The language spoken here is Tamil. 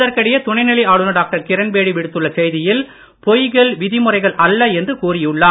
இதற்கிடையே துணைநிலை ஆளுனர் விடுத்துள்ள செய்தியில் பொய்கள் விதிமுறைகள் அல்ல என்று கூறியுள்ளார்